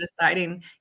deciding